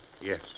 Yes